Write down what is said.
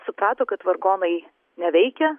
suprato kad vargonai neveikia